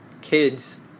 kids